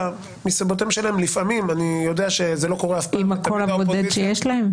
מסיבותיהם שלהם -- עם הקול הבודד שיש להם?